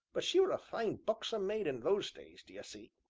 but she were a fine, buxom maid in those days, d'ye see.